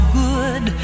good